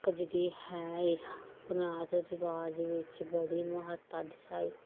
ਕਜਦੀ ਹੈ ਇਹ ਪੁਰਾਤਨ ਰਿਵਾਜ਼ ਵਿੱਚ ਬੜੀ ਮਹੱਤਤਾ ਦਰਸਾਈ